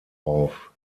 auf